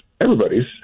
Everybody's